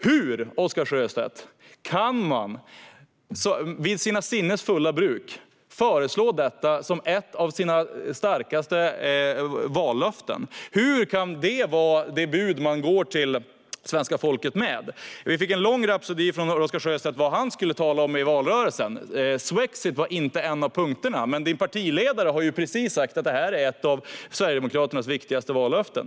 Hur, Oscar Sjöstedt, kan man vid sina sinnens fulla bruk föreslå detta som ett av sina starkaste vallöften? Hur kan det vara det bud man går till svenska folket med? Vi fick en lång rapsodi från Oscar Sjöstedt om vad han skulle tala om i valrörelsen. Svexit var inte en av punkterna. Men din partiledare har precis sagt att detta är ett av Sverigedemokraternas viktigaste vallöften.